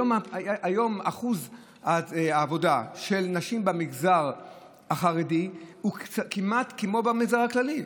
היום אחוז העבודה של נשים במגזר החרדי הוא כמעט כמו במגזר הכללי,